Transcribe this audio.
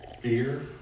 fear